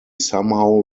somehow